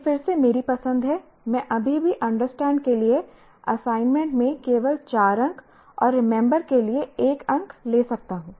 यह फिर से मेरी पसंद है मैं अभी भी अंडरस्टैंड के लिए असाइनमेंट में केवल 4 अंक और रिमेंबर के लिए 1 अंक ले सकता हूं